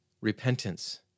repentance